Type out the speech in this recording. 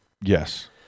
Yes